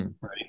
Right